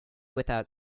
without